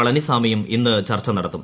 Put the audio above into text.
പളനിസ്വാമിയും ഇന്ന് ചർച്ച നടത്തും